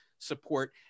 support